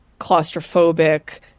claustrophobic